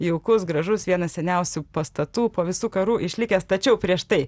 jaukus gražus vienas seniausių pastatų po visų karų išlikęs tačiau prieš tai